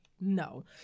no